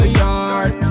yard